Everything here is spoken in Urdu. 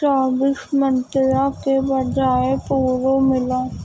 چوبیس منترا کے بجائے پورو ملا